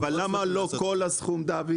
אבל למה לא כל הסכום דוד?